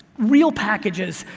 real packages,